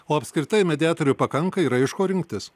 o apskritai mediatorių pakanka yra iš ko rinktis